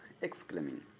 exclaiming